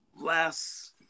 last